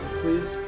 please